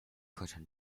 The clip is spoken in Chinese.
课程